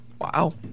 wow